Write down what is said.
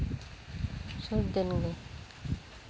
ᱥᱩᱨ ᱫᱤᱱᱜᱮ